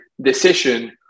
decision